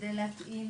כדי להתאים